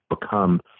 become